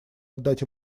отдать